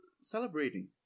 celebrating